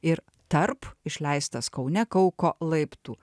ir tarp išleistas kaune kauko laiptų